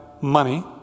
money